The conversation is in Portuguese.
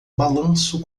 balanço